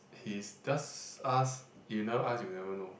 his does ask you never ask you never know